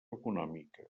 econòmica